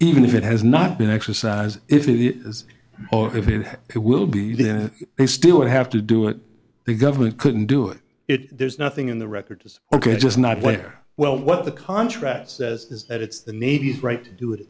even if it has not been exercised if it is or if it will be there they still would have to do it the government couldn't do it it there's nothing in the record ok just not where well what the contract says is that it's the navy right do it